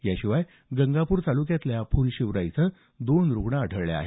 याशिवाय गंगापूर तालुक्यातल्या फुलशिवरा इथं दोन रूग्ण आढळले आहेत